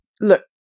look